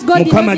God